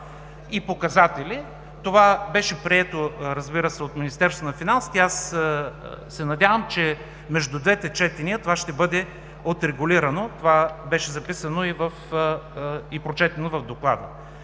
и показатели. Това беше прието от Министерство на финансите и се надявам, че между двете четения ще бъде регулирано. То беше записано и прочетено в Доклада.